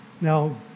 Now